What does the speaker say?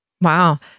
Wow